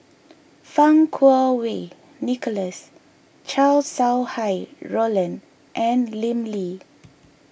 Fang Kuo Wei Nicholas Chow Sau Hai Roland and Lim Lee